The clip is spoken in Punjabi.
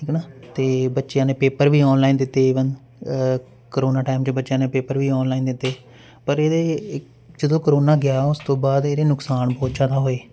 ਠੀਕ ਆ ਨਾ ਅਤੇ ਬੱਚਿਆਂ ਦੇ ਪੇਪਰ ਵੀ ਆਨਲਾਈਨ ਦਿੱਤੇ ਈਵਨ ਕਰੋਨਾ ਟਾਈਮ 'ਚ ਬੱਚਿਆਂ ਨੇ ਪੇਪਰ ਵੀ ਆਨਲਾਈਨ ਦਿੱਤੇ ਪਰ ਇਹਦੇ ਇੱਕ ਜਦੋਂ ਕਰੋਨਾ ਗਿਆ ਉਸ ਤੋਂ ਬਾਅਦ ਇਹਦੇ ਨੁਕਸਾਨ ਬਹੁਤ ਜ਼ਿਆਦਾ ਹੋਏ